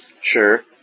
Sure